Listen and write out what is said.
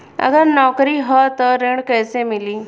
अगर नौकरी ह त ऋण कैसे मिली?